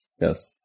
Yes